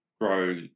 grow